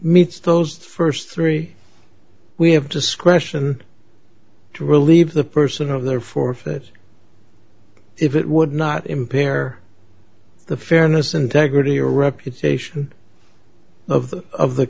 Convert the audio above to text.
meets those thirst three we have discretion to relieve the person of their forfeit if it would not impair the fairness integrity or reputation of the of the